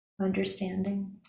understanding